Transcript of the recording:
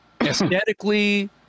aesthetically